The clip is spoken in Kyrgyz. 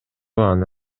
аны